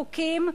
חוקים,